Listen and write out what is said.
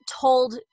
told